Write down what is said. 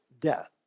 death